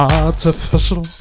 artificial